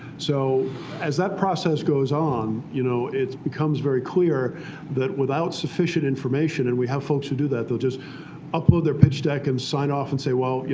so as that process goes on, you know it becomes very clear that, without sufficient information and we have folks who do that. they'll just upload their pitch deck and sign off and say, well, you